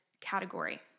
category